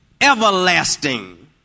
everlasting